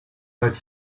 but